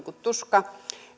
tuska